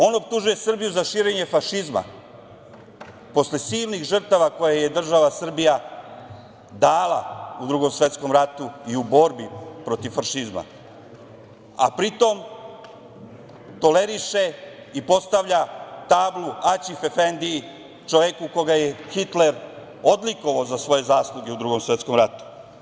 On optužuje Srbiju za širenje fašizma, posle silnih žrtava koje je država Srbija dala u Drugom svetskom ratu i u borbi protiv fašizma, a pritom toleriše i postavlja tablu Aćif-efendiji, čoveku koga je Hitler odlikovao za svoje zasluge u Drugom svetkom ratu.